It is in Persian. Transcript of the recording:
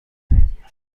بودیم